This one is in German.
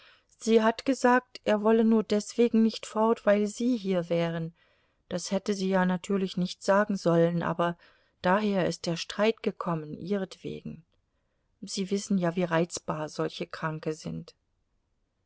sie hat gesagt er wolle nur deswegen nicht fort weil sie hier wären das hätte sie ja natürlich nicht sagen sollen aber daher ist der streit gekommen ihretwegen sie wissen ja wie reizbar solche kranke sind